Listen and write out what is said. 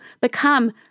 become